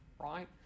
right